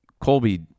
Colby